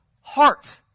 heart